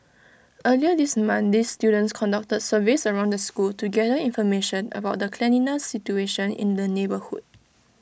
earlier this month these students conducted surveys around the school to gather information about the cleanliness situation in the neighbourhood